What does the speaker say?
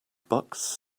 bucks